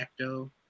Ecto